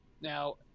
Now